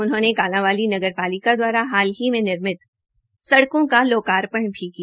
उन्होनें कालांवाली नगर पालिका द्वारा हाल ही निर्मित सड़को का लोकापर्ण भ्जी किया